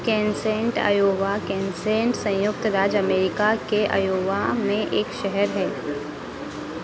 केन्सेम्ट Iowa Crescent सँयुक्त राज्य America के अयोवा में एक शहर है